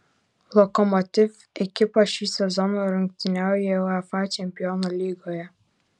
lokomotiv ekipa šį sezoną rungtyniauja uefa čempionų lygoje